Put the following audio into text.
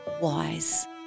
wise